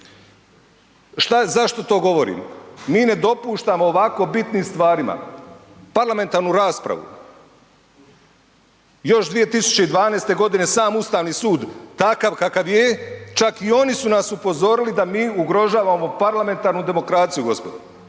zašto to govorim? Mi ne dopuštamo o ovako bitnim stvarima parlamentarnu raspravu. Još 2012. godine sam Ustavni sud takav kakav je, čak i oni su nas upozorili da mi ugrožavamo parlamentarnu demokraciju gospodo.